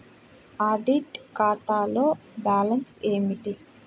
Audit ఖాతాలో balance ఏమిటీ?